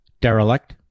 derelict